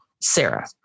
Sarah